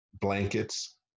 blankets